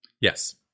Yes